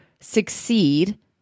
succeed